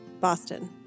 Boston